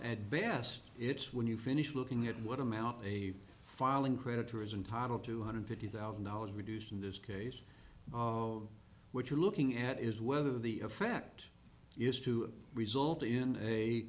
at best it's when you finish looking at what amount a filing creditor is entitled two hundred fifty thousand dollars reduced in this case which you're looking at is whether the effect is to result in a